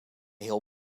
heel